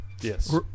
Yes